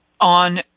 on